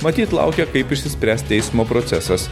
matyt laukia kaip išsispręs teismo procesas